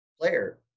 Player